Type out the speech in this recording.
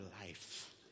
life